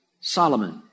Solomon